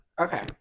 okay